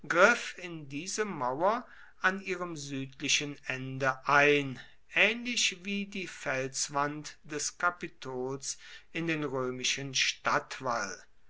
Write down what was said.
in diese mauer an ihrem südlichen ende ein ähnlich wie die felswand des kapitols in den römischen stadtwall